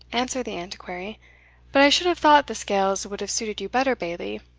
answered the antiquary but i should have thought the scales would have suited you better, bailie,